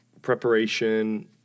preparation